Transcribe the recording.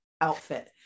outfit